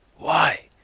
why?